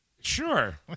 Sure